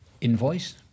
invoice